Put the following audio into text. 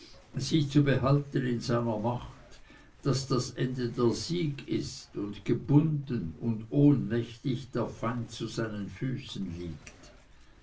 sie zu behalten in seiner macht daß das ende der sieg ist und gebunden und ohnmächtig der feind zu seinen füßen liegt